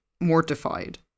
mortified